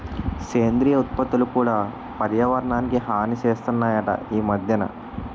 సేంద్రియ ఉత్పత్తులు కూడా పర్యావరణానికి హాని సేస్తనాయట ఈ మద్దెన